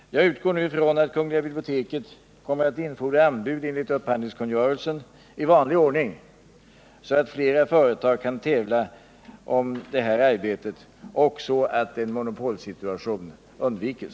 Jag utgår nu från att kungl. biblioteket kommer att infordra anbud enligt upphandlingskungörelsen i vanlig ordning, så att flera företag kan tävla om det här arbetet och så att en monopolsituation undviks.